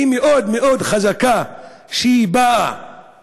היא מאוד מאוד חזקה כשהיא באה,